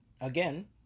again